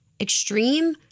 extreme